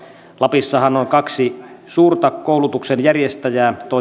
lapissahan on kaksi suurta koulutuksen järjestäjää toisella